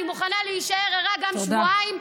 אני מוכנה להישאר ערה גם שבועיים,